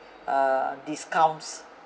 uh discounts